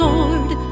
Lord